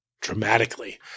dramatically